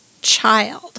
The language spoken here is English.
child